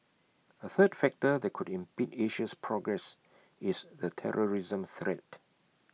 A third factor that could impede Asia's progress is the terrorism threat